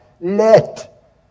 let